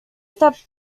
steps